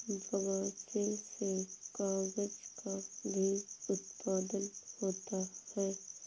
बगासी से कागज़ का भी उत्पादन होता है